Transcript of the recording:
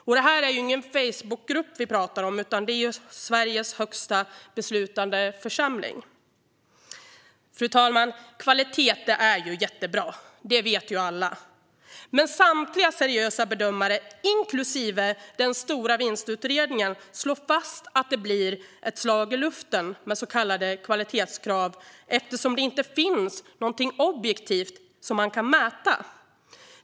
Och det är ingen Facebookgrupp vi pratar om utan Sveriges högsta beslutande församling. Fru talman! Kvalitet är jättebra. Det vet ju alla. Men samtliga seriösa bedömare, inklusive den stora vinstutredningen, slår fast att det blir ett slag i luften med så kallade kvalitetskrav eftersom det inte finns något objektivt man kan mäta.